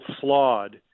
flawed